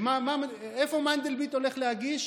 איפה מנדלבליט הולך להגיש?